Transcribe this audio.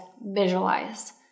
visualize